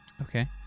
Okay